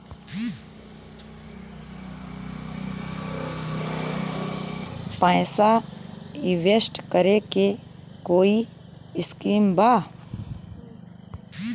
पैसा इंवेस्ट करे के कोई स्कीम बा?